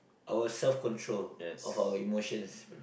our self control of our emotions